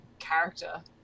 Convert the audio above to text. character